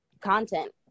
content